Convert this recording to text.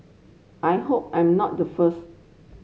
I hope I'm not the first